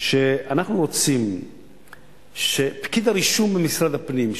שאנחנו רוצים שפקיד הרישום במשרד הפנים,